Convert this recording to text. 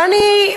ואני,